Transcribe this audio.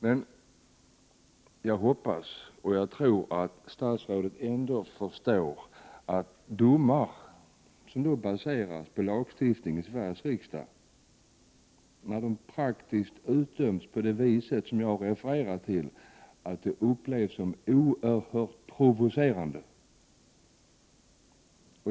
Men jag hoppas och tror att statsrådet ändå förstår att domar, som baseras på den lagstiftning som Sveriges riksdag har stiftat och som meddelas på det sätt som jag refererade, upplevs som oerhört provocerande.